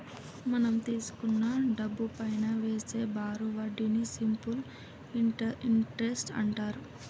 మనం తీసుకున్న డబ్బుపైనా వేసే బారు వడ్డీని సింపుల్ ఇంటరెస్ట్ అంటారు